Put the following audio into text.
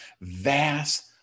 vast